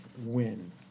win